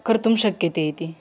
कर्तुं शक्यते इति